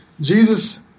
Jesus